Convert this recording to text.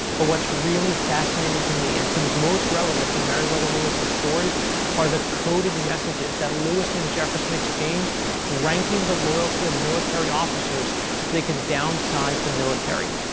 but what's really fascinating to me and seems most relevant to meriwether lewis' story are the coded messages that lewis and jefferson exchanged ranking the loyalty of military officers, so they could downsize the military.